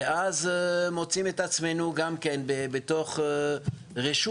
ואז אנחנו מוצאים את עצמנו בתוך רשות